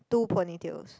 two ponytails